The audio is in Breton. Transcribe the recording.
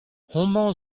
homañ